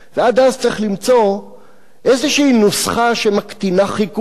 ועד אז צריך למצוא איזו נוסחה שמקטינה חיכוך,